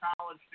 college